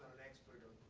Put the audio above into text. an expert on